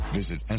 visit